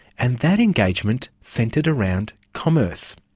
and that engagement centred around commerce.